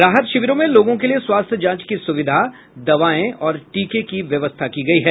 राहत शिविरों में लोगों के लिये स्वास्थ्य जांच की सुविधा दवाओं और टीके की व्यवस्था की गयी है